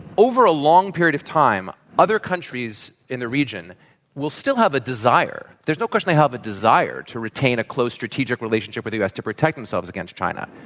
over a long period of time, other countries in the region will still have a desire. there's no question they have a desire to retain a close strategic relationship with the u. s. to protect themselves against china.